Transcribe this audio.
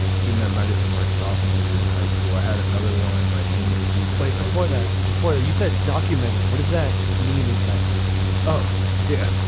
thing that might have been my sophomore year in high school i had another one my junior season right like before that before that you said documented. what does that mean exactly oh yeah.